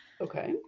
okay